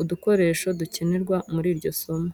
udukoresho dukenerwa muri iryo somo.